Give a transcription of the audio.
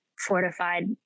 fortified